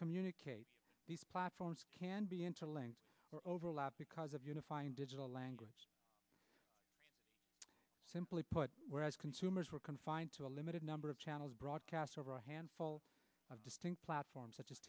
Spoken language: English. communicate these platforms can be interlinked or overlap because of unifying digital language simply put whereas consumers were confined to a limited number of channels broadcast over a handful of distinct platforms such as